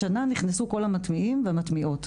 השנה נכנסו כל המטמיעים והמטמיעות.